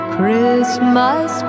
Christmas